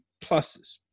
pluses